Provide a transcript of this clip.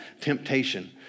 temptation